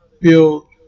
build